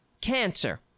cancer